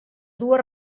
dues